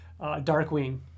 Darkwing